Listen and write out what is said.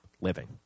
living